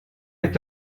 est